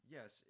Yes